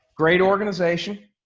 great organization,